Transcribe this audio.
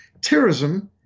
Terrorism